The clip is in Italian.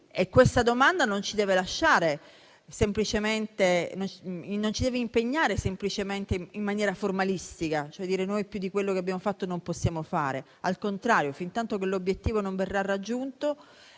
Questa domanda non ci deve impegnare semplicemente in maniera formalistica, dicendo che noi più di quello che abbiamo fatto, non possiamo fare. Al contrario, fintanto che l'obiettivo non verrà raggiunto,